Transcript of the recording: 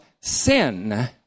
sin